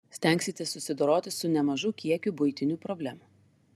stengsitės susidoroti su nemažu kiekiu buitinių problemų